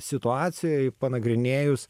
situacijoj panagrinėjus